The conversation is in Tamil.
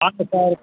வாங்க சார்